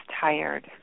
tired